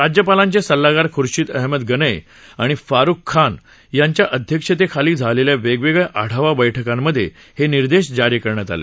राज्यपालांचे सल्लागार ख्शींद अहमद गनै आणि फारुख खान यांच्या अध्यक्षतेखाली झालेल्या वेगवेगळ्या आढावा बैठकांमधे हे निर्देश जारी करण्यात आले